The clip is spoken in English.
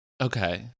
Okay